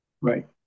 Right